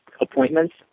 appointments